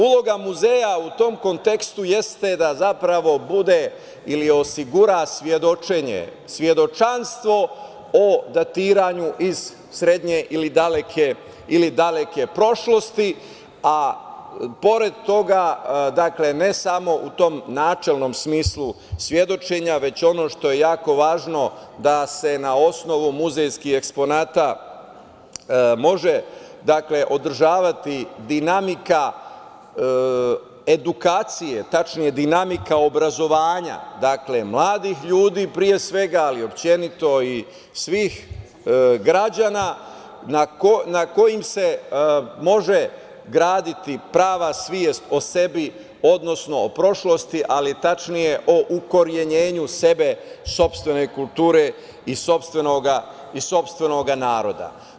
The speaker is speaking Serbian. Uloga muzeja u tom kontekstu jeste da zapravo bude ili osiguran svedočenje, svedočanstvo o datiranju iz srednje ili daleke prošlosti, a pored toga, ne samo u tom načelnom smislu svedočenja, već ono što je jako važno da se na osnovu muzejski eksponata može održavati dinamika edukacije, tačnije dinamika obrazovanja mladih ljudi pre svega, ali i uopšte svih građana na kojim se može graditi prava svest o sebi, odnosno o prošlosti, ali tačnije o ukorenjenju sebe, sopstvene kulture i sopstvenog naroda.